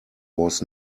was